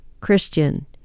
Christian